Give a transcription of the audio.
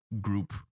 group